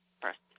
first